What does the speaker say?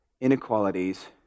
Inequalities